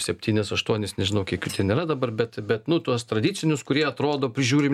septynis aštuonis nežinau kiek jų ten yra dabar bet bet nu tuos tradicinius kurie atrodo prižiūrimi